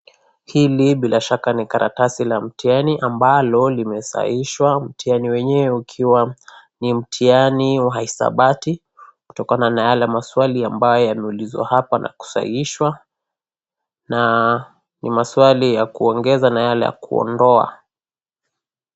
Hili bila shaka ni karatasi la mtihani ambalo limesahihishwa. Mtihani wenyewe ukiwa ni mtihani wa hisabati kutokana na yale maswali ambaye yanaulizwa hapa na kusahihishwa na ni maswali ya kuongeza na yale ya kuondoa.